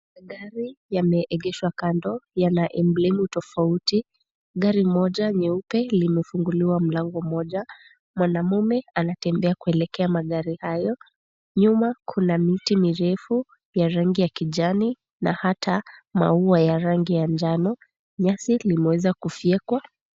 Magari yameegeshwa kando yana emblem tofauti .Gari moja nyeupe limefunguliwa mlango moja .Mwanamume anatembea kuelekea magari hayo. Nyuma kuna miti mirefu ya rangi ya kijani, na hata maua ya rangi ya njano. Nyasi limeweza kufyekwa.